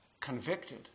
convicted